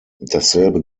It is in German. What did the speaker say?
dasselbe